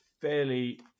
fairly